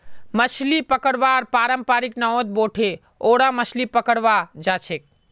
मछली पकड़वार पारंपरिक नावत बोठे ओरा मछली पकड़वा जाछेक